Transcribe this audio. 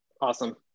Awesome